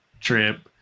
Trip